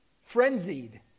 Frenzied